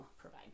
provide